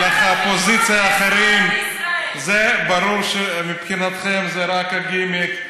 אז אני בהחלט חושב, ברור, מבחינתכם זה גימיק.